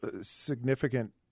significant